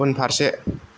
उनफारसे